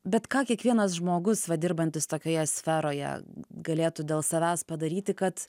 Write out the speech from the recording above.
bet ką kiekvienas žmogus va dirbantis tokioje sferoje galėtų dėl savęs padaryti kad